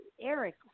Eric